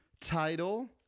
title